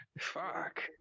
Fuck